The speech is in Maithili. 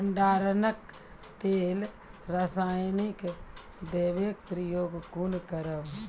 भंडारणक लेल रासायनिक दवेक प्रयोग कुना करव?